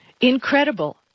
incredible